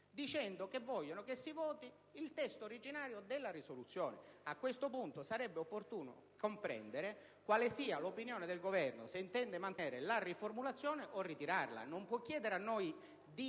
dice che vogliono che si voti il testo originale della proposta di risoluzione. A questo punto, sarebbe opportuno comprendere quale sia l'opinione del Governo: se intende mantenere la riformulazione o ritirarla. Non può chiedere a noi di